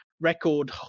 record